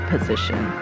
position